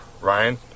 Ryan